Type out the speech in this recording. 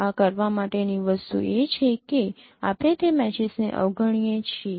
આ કરવા માટેની વસ્તુ એ છે કે આપણે તે મેચીસને અવગણીએ છીએ